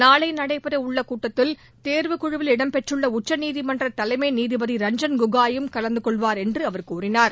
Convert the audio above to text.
நாளை நடைபெறவுள்ள கூட்டத்தில் தேர்வுக் குழுவில் இடம்பெற்றுள்ள உச்சநீதிமன்ற தலைமை நீதிபதி ரஞ்சன் கோகாய் ம் கலந்து கொள்வார் என்று அவர் தெரிவித்தார்